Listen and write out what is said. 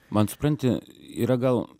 man supranti yra gal